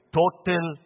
total